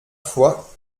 foi